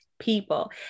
people